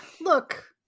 look